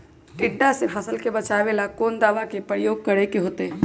टिड्डा से फसल के बचावेला कौन दावा के प्रयोग करके होतै?